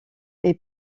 est